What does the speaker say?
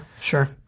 sure